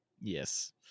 Yes